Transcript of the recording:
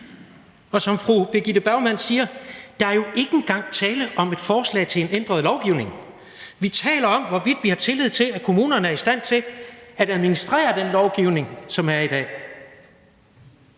Og som fru Birgitte Bergman siger, er der jo ikke engang tale om et forslag til en ændring af lovgivningen. Vi taler om, hvorvidt vi har tillid til, at kommunerne er i stand til at administrere den lovgivning, der er i dag.